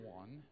one